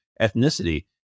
ethnicity